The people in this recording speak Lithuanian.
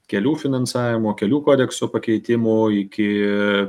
kelių finansavimų kelių kodekso pakeitimų iki